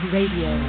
Radio